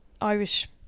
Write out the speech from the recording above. Irish